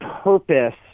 purpose